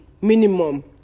minimum